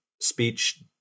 speech